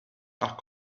are